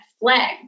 flag